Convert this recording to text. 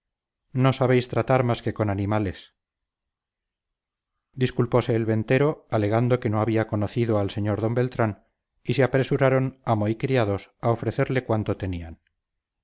no sabéis tratar más que con animales disculpose el ventero alegando que no había conocido al sr d beltrán y se apresuraron amo y criados a ofrecerle cuanto tenían